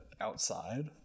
outside